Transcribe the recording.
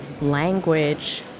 language